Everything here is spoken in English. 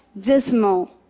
dismal